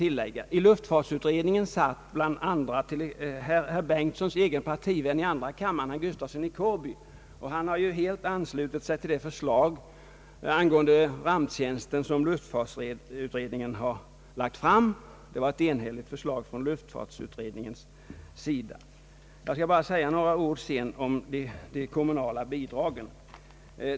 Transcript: I luftfartsutredningen satt bl.a. herr Bengtsons egen partivän 1 andra kammaren, herr Gustafsson i Kårby. Han har ju helt anslutit sig till det förslag angående ramptjänsten som luftfartsutredningen har lagt fram. Luftfartsutredningen var nämligen enig om sitt förslag. Jag skall så bara säga några ord om de kommunala bidragen.